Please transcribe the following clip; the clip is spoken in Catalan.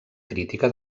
crítica